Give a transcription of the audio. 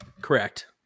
Correct